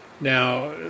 Now